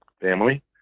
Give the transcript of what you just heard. family